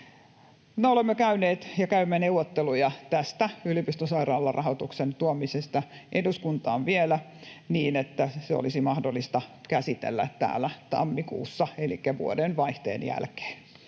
olemme käyneet ja käymme neuvotteluja tästä yliopistosairaalan rahoituksen tuomisesta eduskuntaan vielä niin, että se olisi mahdollista käsitellä täällä tammikuussa elikkä vuodenvaihteen jälkeen.